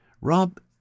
Rob